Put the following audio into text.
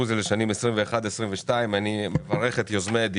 12 בינואר 2022. אנחנו פותחים את ישיבת ועדת הכספים.